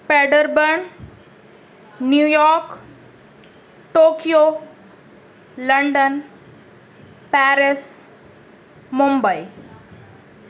Paderborn New York Tokyo London Paris Mumbai